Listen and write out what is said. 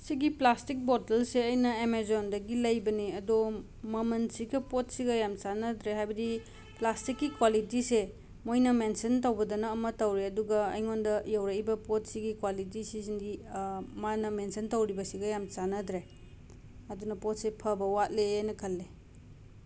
ꯁꯤꯒꯤ ꯄ꯭ꯂꯥꯁꯇꯤꯛ ꯕꯣꯇꯜꯁꯦ ꯑꯩꯅ ꯑꯦꯃꯦꯖꯣꯟꯗꯒꯤ ꯂꯩꯕꯅꯤ ꯑꯗꯣ ꯃꯃꯟꯁꯤꯒ ꯄꯣꯠꯁꯤꯒ ꯌꯥꯝꯅ ꯆꯥꯟꯅꯗ꯭ꯔꯦ ꯍꯥꯏꯕꯗꯤ ꯄ꯭ꯂꯥꯁꯇꯤꯛꯀꯤ ꯀ꯭ꯋꯥꯂꯤꯇꯤꯁꯦ ꯃꯣꯏꯅ ꯃꯦꯟꯁꯟ ꯇꯧꯕꯗꯅ ꯑꯃ ꯇꯧꯔꯦ ꯑꯗꯨꯒ ꯑꯩꯉꯣꯟꯗ ꯌꯧꯔꯛꯏꯕ ꯄꯣꯠꯁꯤꯒꯤ ꯀ꯭ꯋꯥꯂꯤꯇꯤ ꯁꯤꯁꯤꯗꯤ ꯃꯥꯅ ꯃꯦꯟꯁꯟ ꯇꯧꯔꯤꯕꯁꯤꯒ ꯌꯥꯝꯅ ꯆꯥꯟꯅꯗ꯭ꯔꯦ ꯑꯗꯨꯅ ꯄꯣꯠꯁꯦ ꯐꯕ ꯋꯥꯠꯂꯦꯅ ꯈꯜꯂꯦ